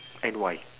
and why